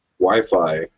Wi-Fi